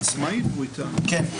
הישיבה ננעלה בשעה 16:01.